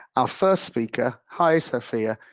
our first speaker, hi sophia,